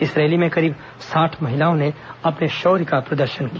इस रैली में करीब साठ महिलाओं ने अपने शौर्य का प्रदर्शन किया